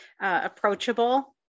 approachable